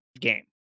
game